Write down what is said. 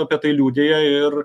apie tai liudija ir